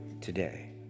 today